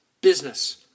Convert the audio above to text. business